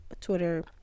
Twitter